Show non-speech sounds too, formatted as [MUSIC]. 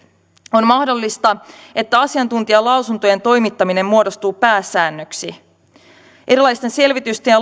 on mahdollista että asiantuntijalausuntojen toimittaminen muodostuu pääsäännöksi erilaisten selvitysten ja [UNINTELLIGIBLE]